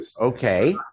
Okay